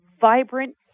vibrant